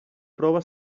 prova